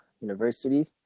university